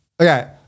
okay